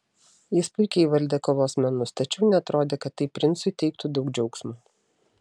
jis puikiai įvaldė kovos menus tačiau neatrodė kad tai princui teiktų daug džiaugsmo